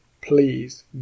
please